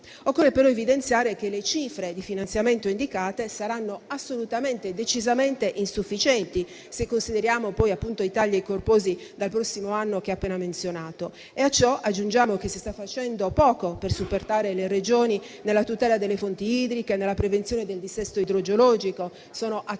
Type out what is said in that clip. Occorre, però, evidenziare che le cifre di finanziamento indicate saranno assolutamente e decisamente insufficienti, se consideriamo i corposi tagli dal prossimo anno che ho appena menzionato. A ciò aggiungiamo che si sta facendo poco per supportare le Regioni nella tutela delle fonti idriche e nella prevenzione del dissesto idrogeologico. Sono attualissimi